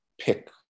pick